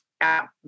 app